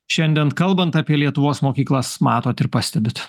šiandien kalbant apie lietuvos mokyklas matot ir pastebit